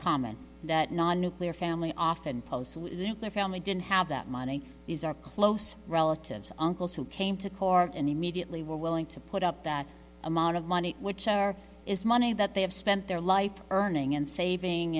common that non nuclear family often post their family didn't have that money is our close relatives uncles who came to court and immediately were willing to put up that amount of money which are is money that they have spent their life earning and saving